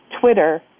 Twitter